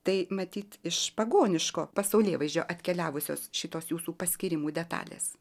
tai matyt iš pagoniško pasaulėvaizdžio atkeliavusios šitos jūsų paskyrimų detalės